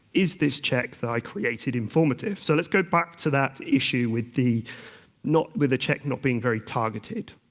is this check that i created informative? so let's go back to that issue with the not with the check not being very targeted.